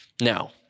Now